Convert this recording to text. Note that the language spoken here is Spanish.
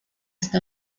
está